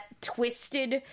twisted